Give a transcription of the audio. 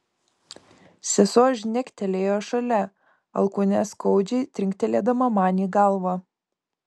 sesuo žnektelėjo šalia alkūne skaudžiai trinktelėdama man į galvą